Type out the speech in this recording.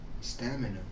Stamina